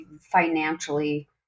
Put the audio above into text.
financially